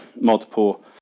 multiple